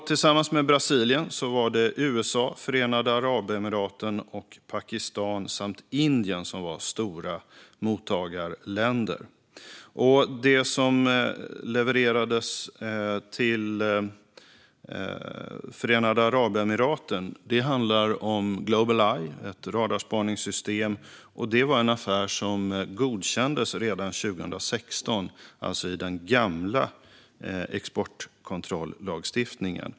Tillsammans med Brasilien var USA, Förenade Arabemiraten, Pakistan och Indien stora mottagarländer. Det som levererades till Förenade Arabemiraten handlar om Globaleye, ett radarspaningsssystem. Det var en affär som godkändes redan 2016, alltså i den gamla exportkontrollagstiftningen.